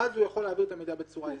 אז הוא יוכל להעביר את המידע בצורה יזומה.